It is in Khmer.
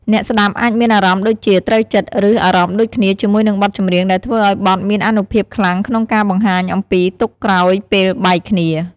អ្នកស្តាប់អាចមានអារម្មណ៍ដូចជា "ត្រូវចិត្ត" ឬ "អារម្មណ៍ដូចគ្នា" ជាមួយនឹងបទចម្រៀង ដែលធ្វើឲ្យបទមានអានុភាពខ្លាំងក្នុងការបង្ហាញអំពីទុក្ខក្រោយពេលបែកគ្នា។